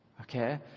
Okay